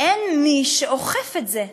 אין מי שאוכף את זה.